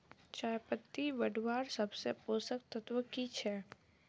चयपत्ति बढ़वार सबसे पोषक तत्व की छे?